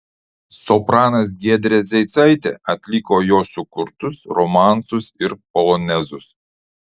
sopranas giedrė zeicaitė atliko jo sukurtus romansus ir polonezus